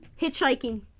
Hitchhiking